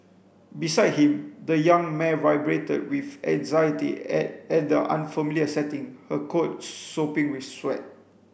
beside him the young mare vibrated with anxiety at the unfamiliar setting her coat sopping with sweat